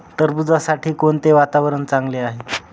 टरबूजासाठी कोणते वातावरण चांगले आहे?